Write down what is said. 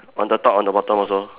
on the top on the bottom also